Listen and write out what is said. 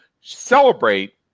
celebrate